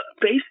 base